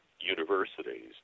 universities